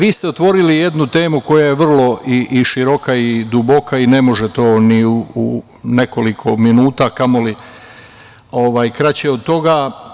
Vi ste otvorili jednu temu koja je vrlo i široka i duboka i ne može to ni u nekoliko minuta, kamoli kraće od toga.